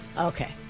Okay